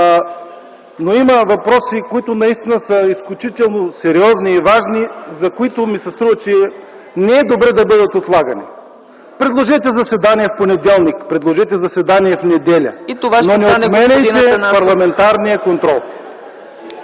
Има въпроси, които наистина са изключително сериозни и важни, за които ми се струва, че не е добре да бъдат отлагани. Предложете заседание в понеделник, предложете заседание в неделя ... ПРЕДСЕДАТЕЛ ЦЕЦКА ЦАЧЕВА: И това